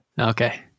okay